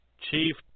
Chief